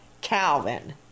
Calvin